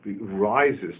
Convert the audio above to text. rises